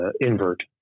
invert